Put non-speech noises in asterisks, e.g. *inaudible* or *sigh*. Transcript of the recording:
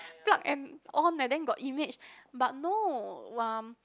plug and on and then got image *breath* but no um